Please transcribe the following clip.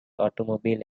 automobile